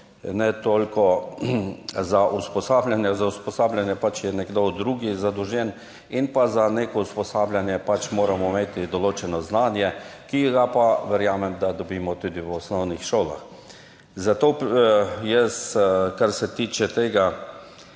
ne toliko za usposabljanje. Za usposabljanje je pač nekdo drug zadolžen in za neko usposabljanje moramo imeti določeno znanje, ki ga pa, verjamem, dobimo tudi v osnovnih šolah. Zato jaz, kar se tiče tega,